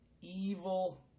evil